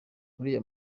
uriya